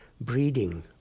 breeding